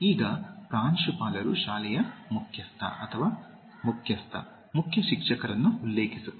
ಈಗ ಪ್ರಾಂಶುಪಾಲರು ಶಾಲೆಯ ಮುಖ್ಯಸ್ಥ ಅಥವಾ ಮುಖ್ಯಸ್ಥ ಮುಖ್ಯ ಶಿಕ್ಷಕರನ್ನು ಉಲ್ಲೇಖಿಸುತ್ತಾರೆ